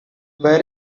where